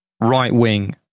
right-wing